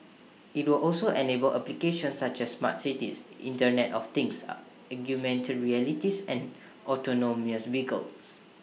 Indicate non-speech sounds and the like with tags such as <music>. IT will also enable applications such as smart cities Internet of things <noise> augmented realities and autonomous vehicles